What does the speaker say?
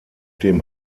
dem